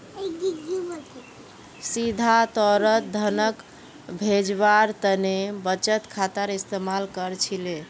सीधा तौरत धनक भेजवार तने बचत खातार इस्तेमाल कर छिले